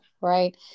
right